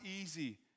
easy